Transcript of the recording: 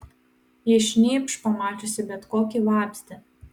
ji šnypš pamačiusi bet kokį vabzdį